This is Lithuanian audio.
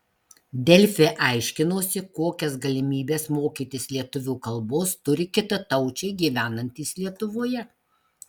delfi aiškinosi kokias galimybes mokytis lietuvių kalbos turi kitataučiai gyvenantys lietuvoje